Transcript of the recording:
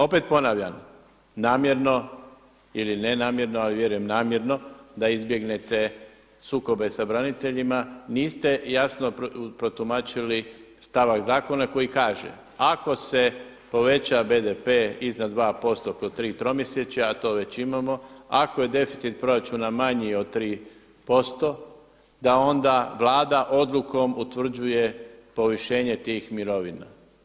Opet ponavljam, namjerno ili ne namjerno, ali vjerujem namjerno, da izbjegnete sukobe sa braniteljima niste jasno protumačili stavak zakona koji kaže, ako se poveća BDP iznad 2% kroz tri tromjesečja, a to već imamo, ako je deficit proračuna manji od 3% da onda Vlada odlukom utvrđuje povišenje tih mirovina.